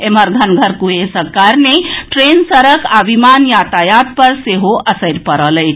एम्हर घनगर कुहेसक कारणे ट्रेन सड़क आ विमान यातायात पर सेहो असरि पड़ल अछि